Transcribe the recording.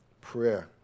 prayer